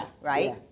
right